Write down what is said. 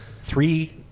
three